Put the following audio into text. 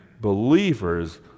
believers